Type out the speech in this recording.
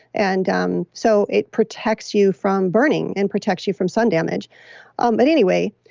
and um so it protects you from burning and protects you from sun damage um but anyway,